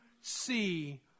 see